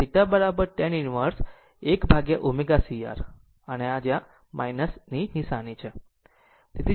અને θ tan inverse your 1 upon ω c R પરંતુ તમે જેને એક નિશાની છે